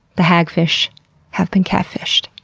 the hagfish have been catfished.